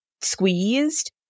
squeezed